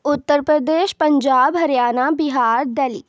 Uttar Pradesh Punjab Haryana Bihar Delhi